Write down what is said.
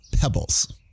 pebbles